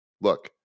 look